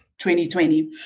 2020